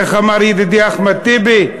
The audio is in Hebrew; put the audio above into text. איך אמר ידידי אחמד טיבי?